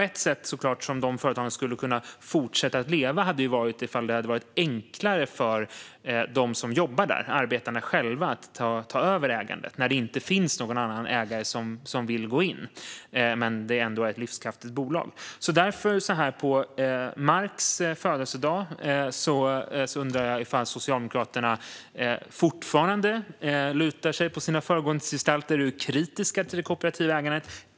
Ett sätt som de här företagen skulle kunna fortsätta att leva på som livskraftiga bolag hade varit om det vore enklare för dem som jobbar där, arbetarna själva, att ta över ägandet när det inte finns någon annan ägare som vill gå in. Därför undrar jag så här på Marx födelsedag om Socialdemokraterna fortfarande lutar sig mot sina förgrundsgestalter och är kritiska till det kooperativa ägandet.